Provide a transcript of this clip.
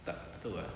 tak tahu eh